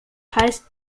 heißt